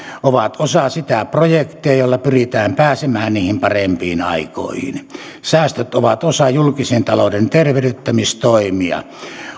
ovat osa sitä projektia jolla pyritään pääsemään niihin parempiin aikoihin säästöt ovat osa julkisen talouden tervehdyttämistoimia